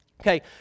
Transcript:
okay